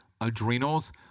adrenals